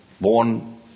born